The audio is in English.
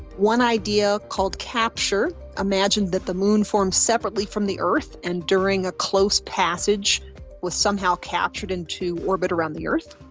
one idea called capture imagined that the moon formed separately from the earth and during a close passage was somehow captured into orbit around the earth.